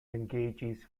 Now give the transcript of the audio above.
engages